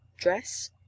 Dress